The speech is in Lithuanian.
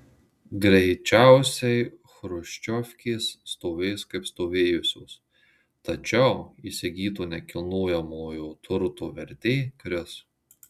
greičiausiai chruščiovkės stovės kaip stovėjusios tačiau įsigyto nekilnojamojo turto vertė kris